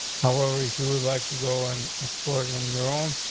however, if you would like to go and explore it it on your own,